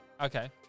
okay